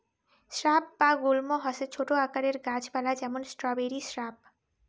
shrub বা গুল্ম হসে ছোট আকারের গাছ পালা যেমন স্ট্রবেরি স্রাব